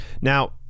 Now